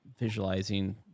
visualizing